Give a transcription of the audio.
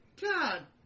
God